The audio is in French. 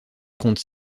compte